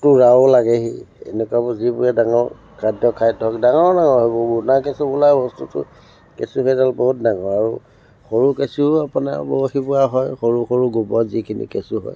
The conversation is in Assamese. টোৰাও লাগেহি এনেকোৱাবোৰ যিবোৰে ডাঙৰ খাদ্য খায় ধৰক ডাঙৰ ডাঙৰ সেইবোৰ বোন্দা কেঁচু বোলা বস্তুটো কেঁচু কেইডাল বহুত ডাঙৰ আৰু সৰু কেঁচুও আপোনাৰ বৰশী বোৱা হয় সৰু সৰু গোবৰত যিখিনি কেঁচু হয়